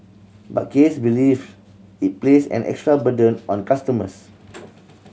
but Case believes it place an extra burden on customers